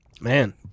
Man